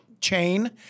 chain